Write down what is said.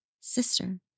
Sister